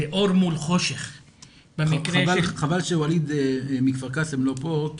חבל שוואליד מכפר קאסם לא פה,